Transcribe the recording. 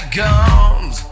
guns